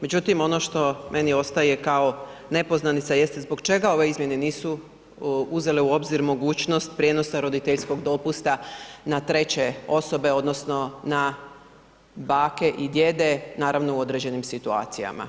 Međutim, ono što meni ostaje kao nepoznanica jeste zbog čega ove izmjene nisu uzele u obzir mogućnost prijenosa roditeljskog dopusta na treće osobe odnosno na bake i djede, naravno u određenim situacijama?